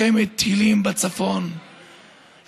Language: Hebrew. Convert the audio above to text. לא את השומרון ולא את יהודה,